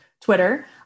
Twitter